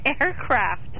aircraft